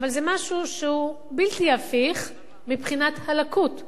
אבל זה משהו שהוא בלתי הפיך מבחינת הלקות,